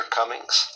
Cummings